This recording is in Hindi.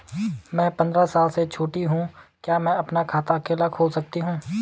मैं पंद्रह साल से छोटी हूँ क्या मैं अपना खाता अकेला खोल सकती हूँ?